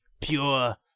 pure